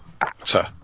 actor